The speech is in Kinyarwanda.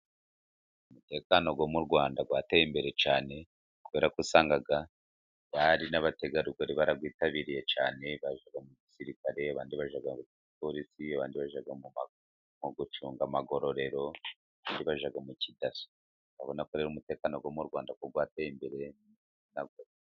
Umutekano wo mu Rwanda rwateye imbere cyane, kubera ko usanga abari n'abategarugori barawitabiriye cyane bajya mu gisirikare, abandi bjya mu gipolisi banga, abandi bajya mu gucunga amagororero, abandi bajya mu kidaso. Urabonako rero umutekano wo mu Rwanda wateye imbere .